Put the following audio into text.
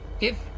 if-